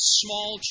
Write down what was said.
small